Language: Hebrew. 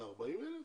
את ה-40,000?